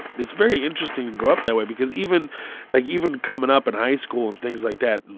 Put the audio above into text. it's very interesting to grow up that way because even like, even coming up in high school and things like that,